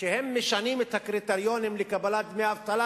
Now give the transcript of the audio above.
שהם משנים את הקריטריונים לקבלת דמי אבטלה,